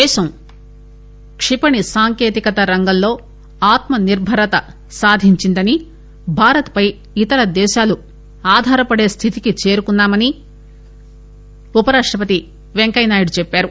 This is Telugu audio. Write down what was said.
దేశం కిపణి సాంకేతికత రంగంలో ఆత్మ నిర్బరత సాధించిందని భారత్పై ఇతర దేశాలు ఆధారపడే స్థితికి చేరుకున్నామని ఉపరాష్టపతి వెంకయ్యనాయుడు చెప్పారు